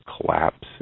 collapse